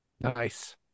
Nice